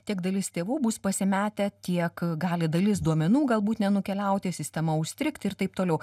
tiek dalis tėvų bus pasimetę tiek gali dalis duomenų galbūt nenukeliauti sistema užstrigti ir taip toliau